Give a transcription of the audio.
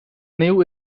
new